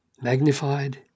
magnified